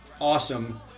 awesome